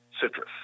Citrus